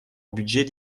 budget